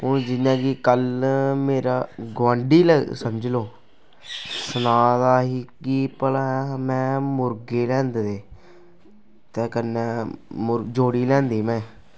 हून जियां कि कल मेरा गोआंढी ल समझी लैओ सना दा हा कि भला में मुर्गे लेआंदे दे ते कन्नै मू जोड़ी लेआंदी उ'नें